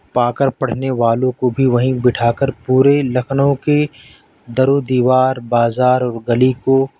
پا کر پڑھنے والوں کو بھی وہیں بٹھا کر پورے لکھنؤ کی در و دیوار بازار و گلی کو